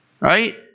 right